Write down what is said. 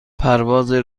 پرواز